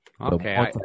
Okay